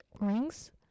rings